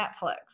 Netflix